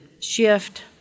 shift